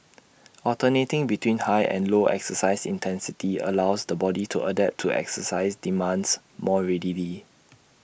alternating between high and low exercise intensity allows the body to adapt to exercise demands more readily